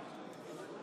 60 חברי